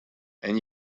and